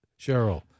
Cheryl